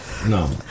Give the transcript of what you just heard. No